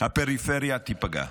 הפריפריה תיפגע.